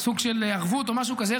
סוג של ערבות או משהו כזה,